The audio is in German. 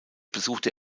besuchte